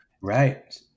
Right